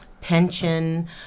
pension